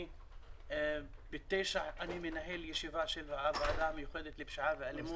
אני בשעה 9:30מנהל ישיבה של הוועדה המיוחדת לפשיעה ואלימות.